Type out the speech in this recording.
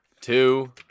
two